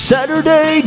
Saturday